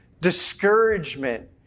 Discouragement